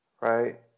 right